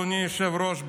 אדוני היושב-ראש,